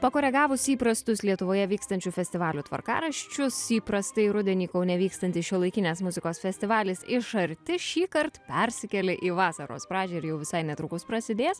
pakoregavus įprastus lietuvoje vykstančių festivalių tvarkaraščius įprastai rudenį kaune vykstantis šiuolaikinės muzikos festivalis iš arti šįkart persikėlė į vasaros pradžią ir jau visai netrukus prasidės